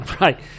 Right